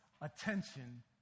attention